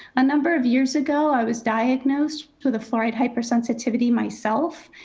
a number of years ago, i was diagnosed with the fluoride hypersensitivity myself.